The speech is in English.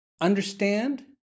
understand